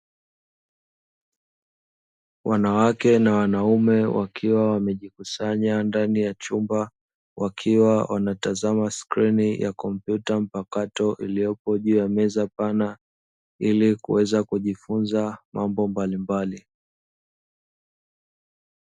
Wanawake na wanaume wakiwa wamejikusanya ndani ya chumba wakiwa wanatazama skrini ya kompyuta mpakato iliyopo juu ya meza pana, ili kuweza kujifunza mambo mbalimbali.